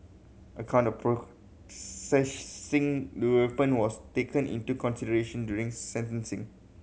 a count of possessing the weapon was taken into consideration during sentencing